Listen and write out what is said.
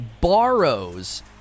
borrows